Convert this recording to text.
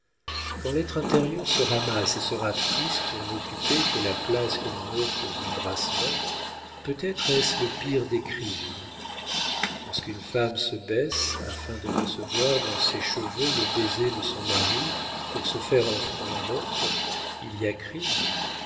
quand l'être intérieur se ramasse et se rapetisse pour n'occuper que la place que l'on offre aux embrassements peut-être est-ce le pire des crimes lorsqu'une femme se baisse afin de recevoir dans ses cheveux le baiser de son mari pour se faire un front neutre il y a crime